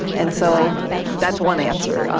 and so that's one answer.